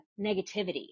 negativity